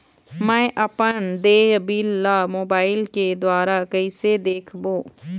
मैं अपन देय बिल ला मोबाइल के द्वारा कइसे देखबों?